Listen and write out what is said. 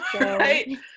right